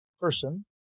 person